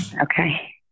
Okay